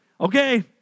okay